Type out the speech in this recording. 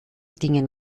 dingen